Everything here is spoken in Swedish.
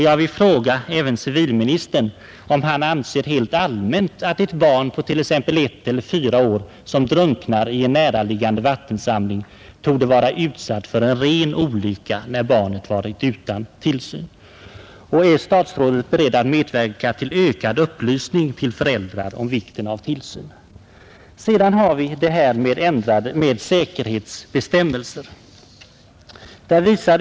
Jag vill fråga civilministern om han helt allmänt anser att ett barn på t.ex. ett eller fyra år som drunknar i en näraliggande vattensamling torde vara utsatt för en ren olycka, när barnet varit utan tillsyn. Är statsrådet beredd att medverka till ökad upplysning till föräldrar om vikten av tillsyn? Sedan har vi problemet med säkerhetsbestämmelser.